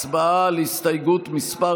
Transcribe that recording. הצבעה על הסתייגות מס'